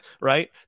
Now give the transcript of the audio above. Right